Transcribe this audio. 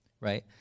right